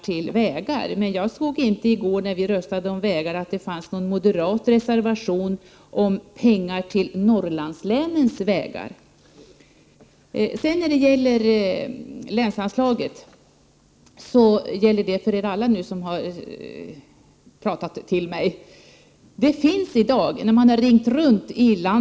När vi röstade om väganslag i går såg jag inte att det fanns någon moderat reservation om pengar till Norrlandslänens vägar. Så till frågan om länsanslagen, som de föregående talarna har ställt frågor till mig om.